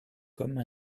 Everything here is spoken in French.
comme